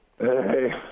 Hey